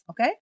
okay